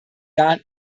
jahren